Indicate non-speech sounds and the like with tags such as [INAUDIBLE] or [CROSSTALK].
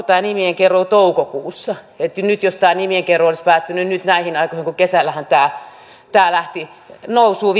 [UNINTELLIGIBLE] tämä nimien keruuhan loppui toukokuussa että jos tämä nimien keruu olisi päättynyt nyt näihin aikoihin kun viime kesänähän tämä tämä lähti nousuun [UNINTELLIGIBLE]